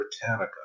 Britannica